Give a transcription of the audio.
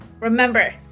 Remember